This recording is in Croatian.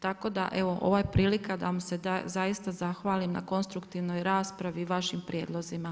Tako da, evo, ovo je prilika da vam se zaista zahvalim na konstruktivnoj raspravi i vašim prijedlozima.